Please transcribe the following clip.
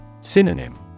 Synonym